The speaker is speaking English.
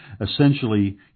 essentially